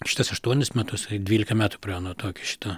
šitas aštuonis metus dvylika metų praėjo nuo to iki šito